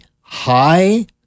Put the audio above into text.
high